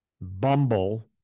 Bumble